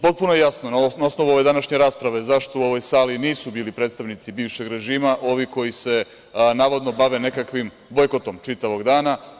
Potpuno je jasno na osnovu ove današnje rasprave zašto u ovoj sali nisu bili predstavnici bivšeg režima, ovi koji se navodno bave nekakvim bojkotom čitavog dana.